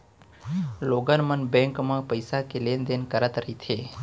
लोगन मन बेंक म पइसा के लेन देन करत रहिथे